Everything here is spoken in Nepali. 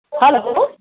हेलो